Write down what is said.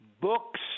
books